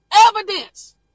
evidence